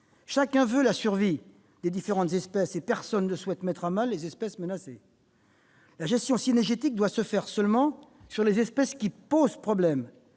Chacun veut la survie des différentes espèces, et personne ne souhaite mettre à mal les espèces menacées. La gestion adaptative doit s'appliquer seulement aux espèces qui posent des problèmes,